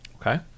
okay